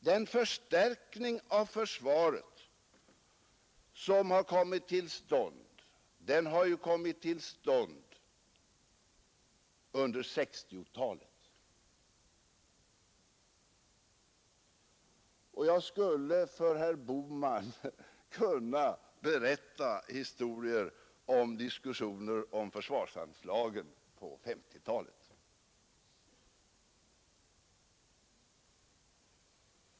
Den förstärkning av försvaret som kommit till stånd har genomförts under 1960-talet. Jag skulle för herr Bohman kunna berätta en del om diskussionerna om försvarsanslagen på 1950-talet.